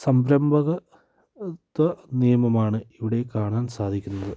സംരംഭകത്വ നിയമമാണ് ഇവിടെ കാണാൻ സാധിക്കുന്നത്